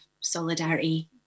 solidarity